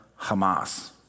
Hamas